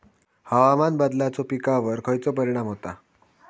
हवामान बदलाचो पिकावर खयचो परिणाम होता?